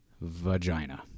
vagina